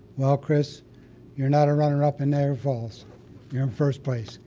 well chris you're not a runner up in niagara falls, you're in first place,